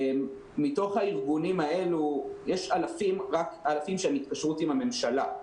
מתוך הארגונים האלה יש אלפים שהם התקשרות עם הממשלה,